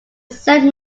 saint